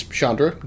Chandra